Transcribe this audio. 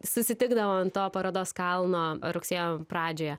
susitikdavo ant to parodos kalno rugsėjo pradžioje